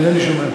אני אינני שומע.